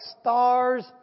stars